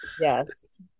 yes